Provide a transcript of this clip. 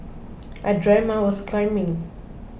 I dreamt I was climbing